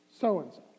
so-and-so